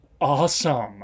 awesome